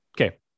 Okay